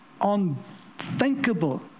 unthinkable